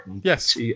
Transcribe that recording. Yes